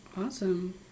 Awesome